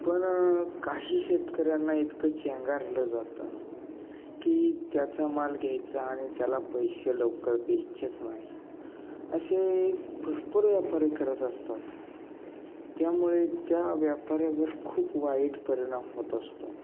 पण काही शेतकऱ्यांना इतकं चेंगरलं जातं की त्याचा माल घ्यायचा आणि त्याला पैसे लवकर द्यायचेच नाही असे भरपूर व्यापारी करत असतात त्यामुळे त्या व्यापाऱ्यावर खूप वाईट परिणाम होत असतो